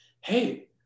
hey